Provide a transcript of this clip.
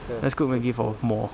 let's cook maggi for more